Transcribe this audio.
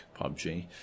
PUBG